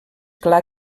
clar